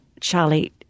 Charlie